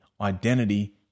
identity